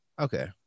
okay